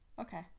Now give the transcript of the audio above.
Okay